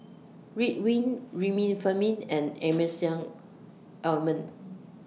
Ridwind Remifemin and Emulsying Ointment